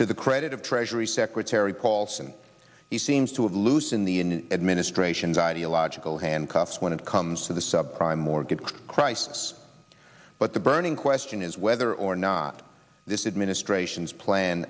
to the credit of treasury secretary paulson he seems to have loosen the in the administration's ideological handcuffs when it comes to the subprime mortgage crisis but the burning question is whether or not this administration's plan